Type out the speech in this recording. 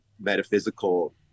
metaphysical